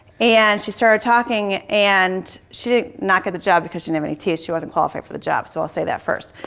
and she started talking and she did not get the job because she had um any teeth. she wasn't qualified for the job, so i'll say that first.